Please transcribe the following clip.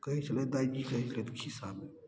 कहय छलथि दायजी कहय छलथि खीस्सामे